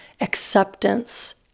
acceptance